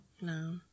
No